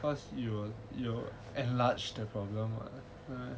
cause you you enlarge the problem ah